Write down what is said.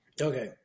Okay